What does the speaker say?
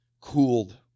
cooled